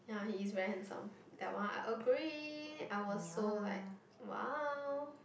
ya he is very handsome that one I agree I was so like !wow!